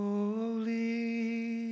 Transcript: Holy